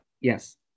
yes